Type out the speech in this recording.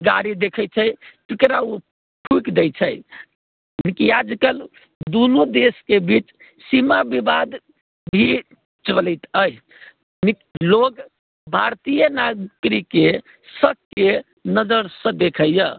गाड़ी देखैत छै तेकरा ओ फुँकि देइत छै किआकि आज कल दुनू देशके बीच सीमा विवाद भी चलैत अछि लोक भारतीय नागरिकके शकके नजरसँ देखैए